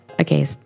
Okay